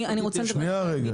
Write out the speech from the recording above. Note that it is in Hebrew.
אני רוצה לדבר על פתרון.